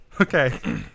Okay